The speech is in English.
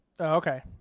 Okay